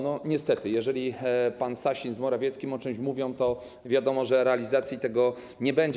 No niestety, jeżeli pan Sasin z Morawieckim o czymś mówią, to wiadomo, że realizacji tego nie będzie.